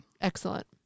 Excellent